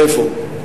איפה?